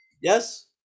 Yes